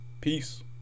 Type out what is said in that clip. Peace